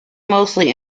mostly